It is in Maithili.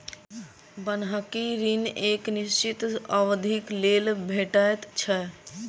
बन्हकी ऋण एक निश्चित अवधिक लेल भेटैत छै